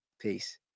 Peace